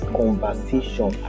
conversation